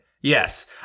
Yes